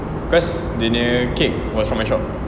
cause dia nya cake was from my shop